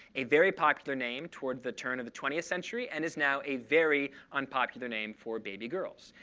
a very popular name toward the turn of the twentieth century, and is now a very unpopular name for baby girls.